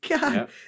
god